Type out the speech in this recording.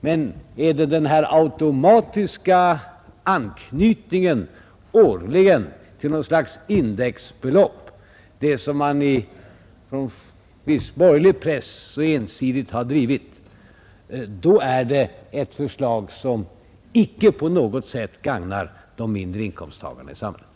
Men avser man den automatiska anknytning årligen till något slags indexbelopp, som så ensidigt har drivits i viss borgerlig press, då är det ett förslag som inte på något sätt gagnar de mindre inkomsttagarna i samhället.